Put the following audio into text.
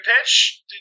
pitch